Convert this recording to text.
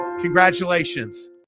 congratulations